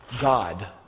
God